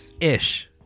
ish